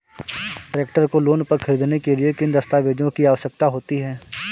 Tractor को loan पर खरीदने के लिए किन दस्तावेज़ों की आवश्यकता होती है?